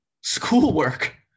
Schoolwork